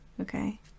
Okay